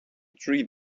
tree